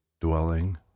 dwelling